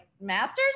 Masters